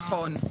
נכון.